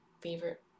favorite